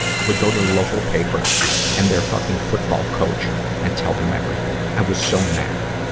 i would go to the local paper and their fucking football coach and tell them everything. i was so mad.